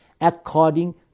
according